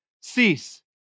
cease